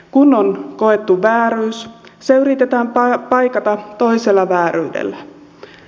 kun on koettu vääryys se yritetään paikata toisella vääryydellä